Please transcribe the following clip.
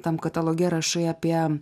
tam kataloge rašai apie